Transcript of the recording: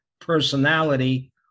personality